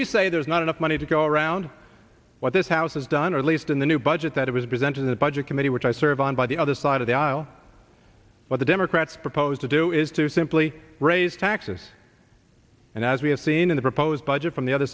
we say there's not enough money to go around what this house has done or at least in the new budget that it was presented in the budget committee which i serve on by the other side of the aisle what the democrats propose to do is to simply raise taxes and as we have seen in the proposed budget from the other